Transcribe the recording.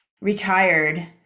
retired